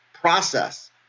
process